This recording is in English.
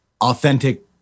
authentic